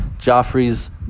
Joffrey's